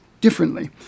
differently